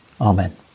Amen